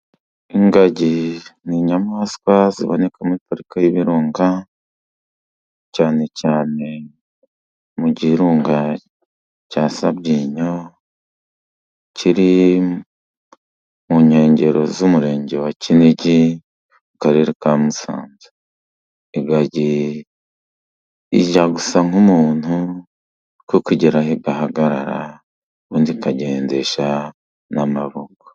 Ingagi ni inyamaswa ziboneka muri pariki y'ibirunga, cyane cyane mu kirunga cya sabyinyo, kiri mu nkengero z'umurenge wa Kinigi mu karere ka Musanze. Ingagi ijya gusa nk'umuntu, kuko igeraho igahagarara, ubundi ikagendesha n'amaboko.